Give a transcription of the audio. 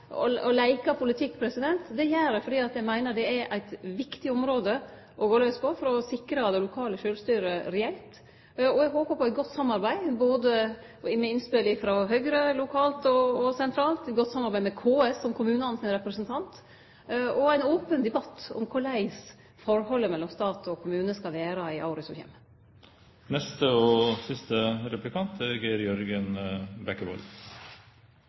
politikk, eg gjer det fordi eg meiner det er eit viktig område å gå laus på, for å sikre det lokale sjølvstyret reelt. Eg håpar på eit godt samarbeid, med innspel frå Høgre både lokalt og sentralt, eit godt samarbeid med KS, som kommunanes representant, og ein open debatt om korleis forholdet mellom stat og kommune skal vere i åra som